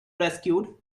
rescued